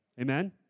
Amen